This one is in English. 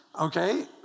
Okay